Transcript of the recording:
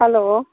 hello